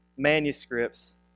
manuscripts